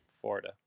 Florida